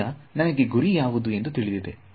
ಈಗ ನನಗೆ ಗುರಿ ಯಾವುದು ಎಂದು ತಿಳಿದಿದೆ